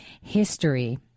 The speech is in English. History